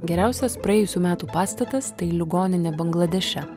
geriausias praėjusių metų pastatas tai ligoninė bangladeše